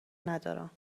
ندارم